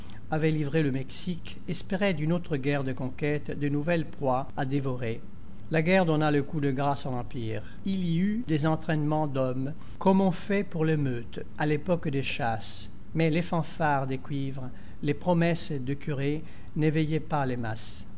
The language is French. avait livré le mexique espéraient d'une autre guerre de conquête de nouvelles proies à dévorer la guerre donna le coup de grâce à l'empire il y eut des entraînements d'hommes comme on fait pour les meutes à l'époque des chasses mais les fanfares des cuivres les promesses de curée n'éveillaient pas les masses